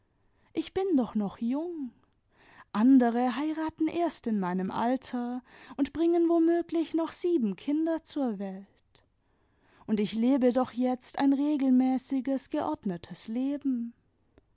ich bin doch noch jung andere heiraten erst in meinem alter imd bringen womöglich noch sieben kinder zur welt und ich lebe doch jetzt ein regelmäßiges geordnetes leben